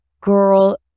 girl